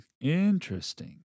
Interesting